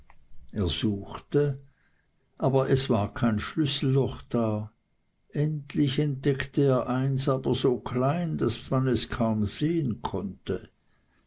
er suchte aber es war kein schlüsselloch da endlich entdeckte er eins aber so klein daß man es kaum sehen konnte